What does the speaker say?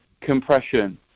compression